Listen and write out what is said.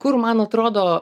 kur man atrodo